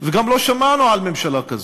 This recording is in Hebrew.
וגם לא שמענו על ממשלה כזאת.